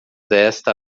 desta